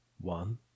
One